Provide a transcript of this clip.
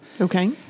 Okay